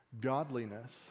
godliness